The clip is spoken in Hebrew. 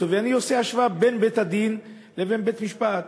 ואני עושה השוואה בין בית-הדין לבין בית-משפט.